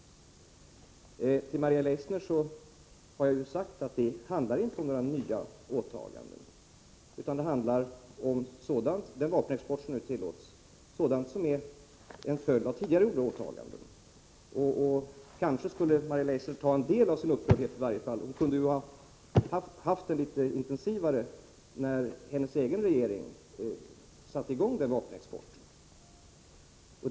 Till Maria Leissner har jag ju sagt att det inte handlar om några nya åtaganden, utan den vapenexport som nu tillåts är en följd av tidigare åtaganden. Kanske borde Maria Leissner ta i varje fall en del av sin upprördhet under övervägande. Hon kunde ju ha varit litet intensivare när hennes egen regering satte i gång denna vapenexport.